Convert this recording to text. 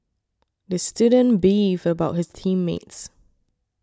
the student beefed about his team mates